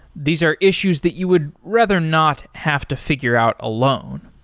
these are issues that you would rather not have to figure out alone.